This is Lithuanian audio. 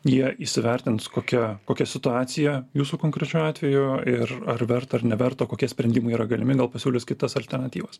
jie įsivertins kokia kokia situacija jūsų konkrečiu atveju ir ar verta ar neverta kokie sprendimai yra galimi gal pasiūlys kitas alternatyvas